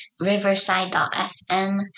Riverside.fm